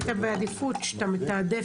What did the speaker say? לא מי שיצא נגדו צו הגנה,